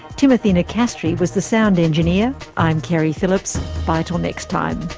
timothy nicastri was the sound engineer. i'm keri phillips, bye till next time